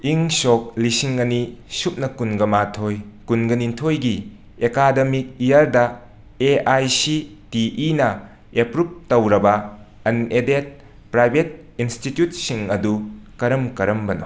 ꯏꯪ ꯁꯣꯛ ꯂꯤꯁꯤꯡ ꯑꯅꯤ ꯁꯨꯞꯅ ꯀꯨꯟꯒ ꯃꯥꯊꯣꯏ ꯀꯨꯟꯒꯅꯤꯊꯣꯏꯒꯤ ꯑꯦꯀꯥꯦꯗꯃꯤꯛ ꯌꯤꯔꯗ ꯑꯦ ꯑꯥꯏ ꯁꯤ ꯇꯤ ꯏꯅ ꯑꯦꯄ꯭ꯔꯨꯞ ꯇꯧꯔꯕ ꯑꯟ ꯑꯦꯗꯦꯠ ꯄ꯭ꯔꯥꯏꯕꯦꯠ ꯏꯟꯁꯇꯤꯇ꯭ꯌꯨꯠꯁꯤꯡ ꯑꯗꯨ ꯀꯔꯝ ꯀꯔꯝꯕꯅꯣ